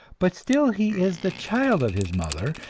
but still he is the child of his mother,